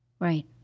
Right